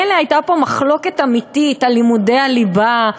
מילא הייתה פה מחלוקת אמיתית על לימודי הליבה,